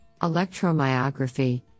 electromyography